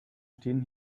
stehen